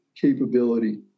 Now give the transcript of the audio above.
capability